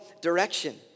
direction